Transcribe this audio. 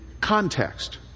context